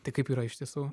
tai kaip yra iš tiesų